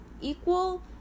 equal